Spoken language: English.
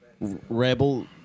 rebel